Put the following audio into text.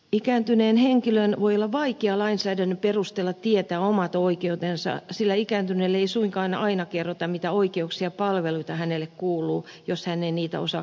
ikääntyneen henkilön voi olla vaikea lainsäädännön perusteella tietää omat oikeutensa sillä ikääntyneelle ei suinkaan aina kerrota mitä oikeuksia ja palveluita hänelle kuuluu jos hän ei niitä osaa kysyä